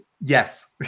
yes